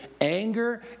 anger